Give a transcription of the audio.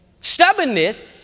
Stubbornness